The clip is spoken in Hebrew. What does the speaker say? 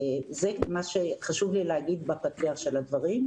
זה מה שחשוב לי לומר בפתיח של הדברים.